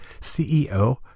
CEO